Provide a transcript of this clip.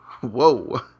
whoa